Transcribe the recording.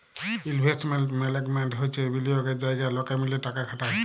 investment management হচ্যে বিলিয়গের জায়গা লকে মিলে টাকা খাটায়